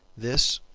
this,